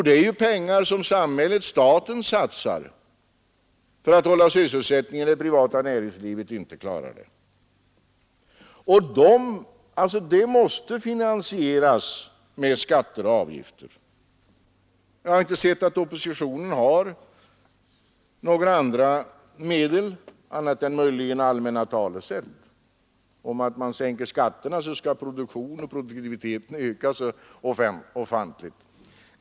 Det är ju pengar som samhället-staten satsar för att upprätthålla sysselsättningen när det privata näringslivet inte klarar den. Detta måste finansieras med skatter och avgifter. Jag har inte sett att oppositionen har några andra medel, annat än möjligen allmänna talesätt om att sänker man skatterna så skall produktion och produktivitet öka så ofantligt.